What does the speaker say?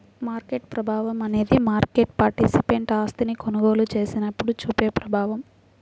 market ప్రభావం అనేది market participant ఆస్తిని కొనుగోలు చేసినప్పుడు చూపే ప్రభావం